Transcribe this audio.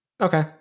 okay